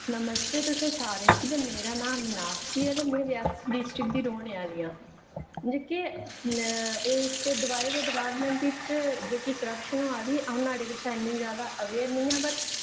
नमस्ते तुसें सारे गी ते मेरा नांऽ साक्षी ऐ ते में रियासी डिस्ट्रिक्ट दी रौहने आहली आं जेहके इस दबाई दे डिपार्टमेंट च जेहकी क्रपशन होआ दी अं'ऊ नुआड़े कशा अबेरयर नेई ऐ